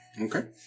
Okay